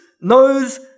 knows